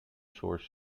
source